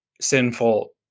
sinful